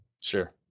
Sure